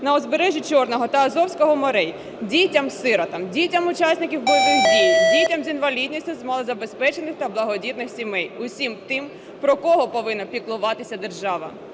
на узбережжя Чорного та Азовського морів дітям-сиротам, дітям учасників бойових дій, дітям з інвалідністю, з малозабезпечених та багатодітних сімей, усім тим, про кого повинна піклуватися держава.